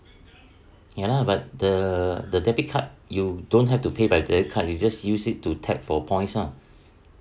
ya lah but the the debit card you don't have to pay by debit card you just use it to tap for points ah